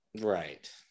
Right